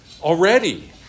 already